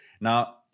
Now